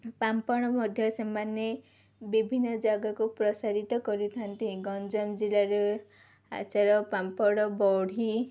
ପାମ୍ପଡ଼ ମଧ୍ୟ ସେମାନେ ବିଭିନ୍ନ ଜାଗାକୁ ପ୍ରସାରିତ କରିଥାନ୍ତି ଗଞ୍ଜାମ ଜିଲ୍ଲାରେ ଆଚାର ପାମ୍ପଡ଼ ବଡ଼ି